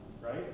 right